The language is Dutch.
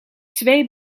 twee